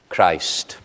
Christ